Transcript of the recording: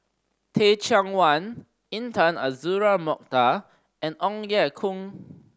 Teh Cheang Wan Intan Azura Mokhtar and Ong Ye Kung